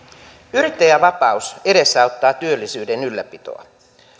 yrittäjän vapaus edesauttaa työllisyyden ylläpitoa